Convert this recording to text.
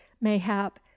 mayhap